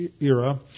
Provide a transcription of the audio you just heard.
era